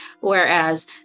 whereas